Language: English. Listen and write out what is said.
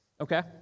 Okay